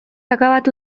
akabatu